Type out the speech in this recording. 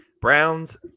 Browns